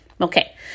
Okay